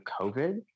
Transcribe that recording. COVID